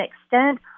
extent